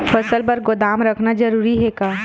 फसल बर गोदाम रखना जरूरी हे का?